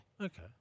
Okay